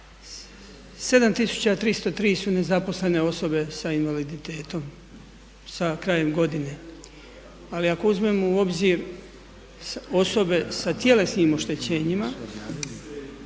7303 su nezaposlene osobe sa invaliditetom sa krajem godine, ali ako uzmemo u obzir osobe sa tjelesnim oštećenjima